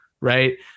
right